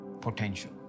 potential